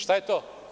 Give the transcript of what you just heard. Šta je to?